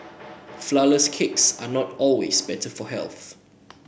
flour less cakes are not always better for health